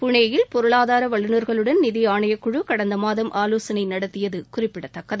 புனேயில் பொருளாதார வல்லுனர்களுடன் நிதி ஆணையக்குழு கடந்த மாதம் ஆலோசனை நடத்தியது குறிப்பிடத்தக்கது